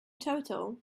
total